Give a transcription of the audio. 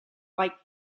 like